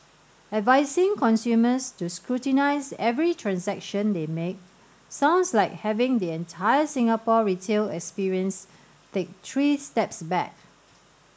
advising consumers to scrutinise every transaction they make sounds like having the entire Singapore retail experience take three steps back